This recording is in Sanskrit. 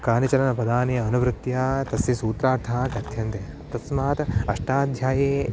कानिचन पदानि अनुवृत्या तस्य सूत्रार्थः कथ्यन्ते तस्मात् अष्टाध्यायी